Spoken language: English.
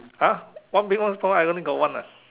!huh! one big one small I only got one ah